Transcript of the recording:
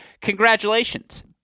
congratulations